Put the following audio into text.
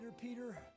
Peter